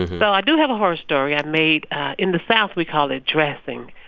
and so i do have a horror story. i made in the south, we call it dressing.